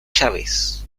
chávez